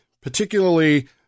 particularly—